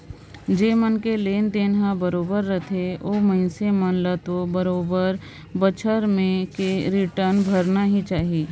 जेमन के लोन देन हर बरोबर रथे ओ मइनसे मन ल तो बरोबर बच्छर में के रिटर्न भरना ही चाही